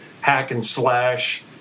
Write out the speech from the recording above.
hack-and-slash